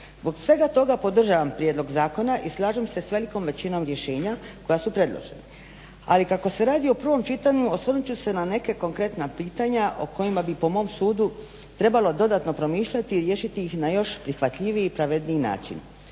Zbog svega toga podržavam prijedlog zakona i slažem se s velikom većinom rješenja koja su predložena. Ali kako se radi o prvom čitanju osvrnut ću se na neka konkretna pitanja o kojima bi po mom sudu trebalo dodatno promišljati i riješiti ih na još prihvatljiviji i pravedniji način